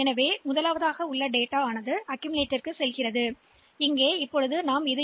எனவே அந்த நோக்கத்திற்காக அதை எப்படி செய்வது